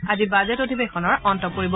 আজি বাজেট অধিৱেশনৰ অন্ত পৰিব